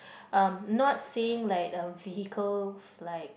uh not saying like uh vehicles like